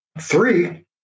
three